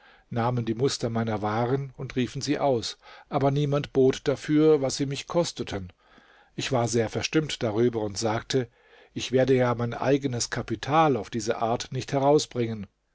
nahmen die muster meiner waren und riefen sie aus aber niemand bot dafür was sie mich kosteten ich war sehr verstimmt darüber und sagte ich werde ja mein eigenes kapital auf diese art nicht herausbringen